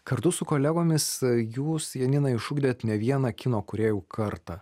kartu su kolegomis jūs janina išugdėt ne vieną kino kūrėjų kartą